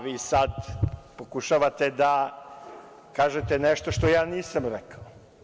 Vi sada pokušavate da kažete nešto što ja nisam rekao.